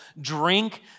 drink